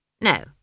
no